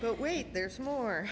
but wait there's more